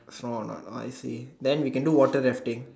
fun a not now I see then we can do water lifting